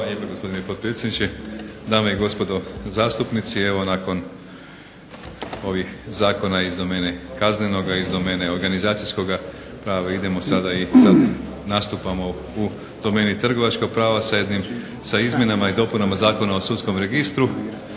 Dame i gospodo zastupnici. Evo nakon ovih zakona iz domene kaznenoga, iz domene organizacijskoga idemo sada i nastupamo u domeni trgovačkog prava sa izmjenama i dopunama Zakona o sudskom registru